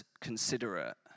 considerate